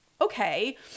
okay